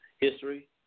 history